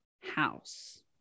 house